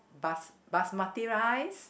bas~ Basmati rice